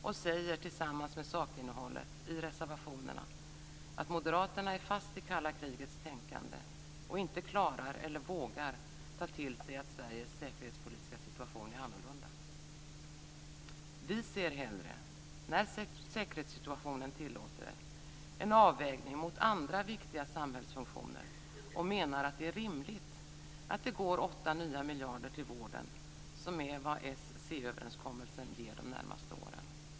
De säger tillsammans med sakinnehållet i reservationerna att moderaterna är fast i kalla krigets tänkande och inte klarar eller vågar ta till sig att Sveriges säkerhetspolitiska situation är annorlunda. Vi ser hellre, när säkerhetssituationen tillåter det, en avvägning mot andra viktiga samhällsfunktioner och menar att det är rimligt att det går 8 nya miljarder till vården, som är vad s-c-överenskommelsen ger de närmaste åren.